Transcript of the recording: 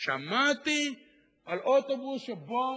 שמעתי על אוטובוס שבו